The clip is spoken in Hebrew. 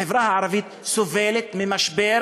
החברה הערבית סובלת ממשבר